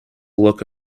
look